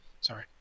Sorry